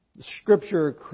Scripture